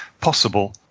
possible